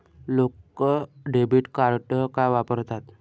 लोक debit card का वापरतात?